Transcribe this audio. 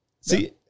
See